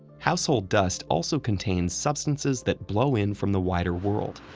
household dust also contains substances that blow in from the wider world.